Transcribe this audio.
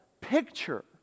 picture